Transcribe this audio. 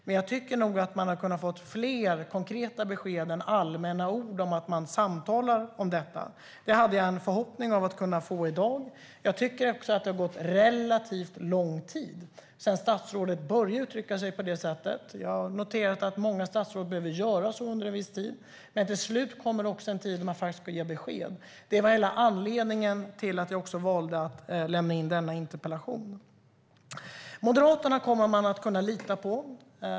Men jag tycker nog att vi borde ha kunnat få fler konkreta besked och inte bara allmänna ord om att man samtalar om detta. Jag hade en förhoppning om att kunna få det i dag. Jag tycker också att det har gått relativt lång tid sedan statsrådet började uttrycka sig på det sättet. Jag har noterat att många statsråd behöver göra så under en viss tid. Men till slut kommer en tid då man faktiskt bör ge besked. Det var en av anledningarna till att jag valde att lämna in denna interpellation. Moderaterna kommer man att kunna lita på.